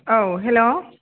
औ हेलौ